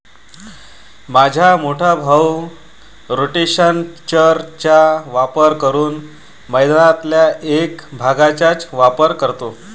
माझा मोठा भाऊ रोटेशनल चर चा वापर करून मैदानातल्या एक भागचाच वापर करतो